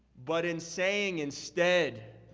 but in saying instead